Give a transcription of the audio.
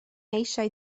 eisiau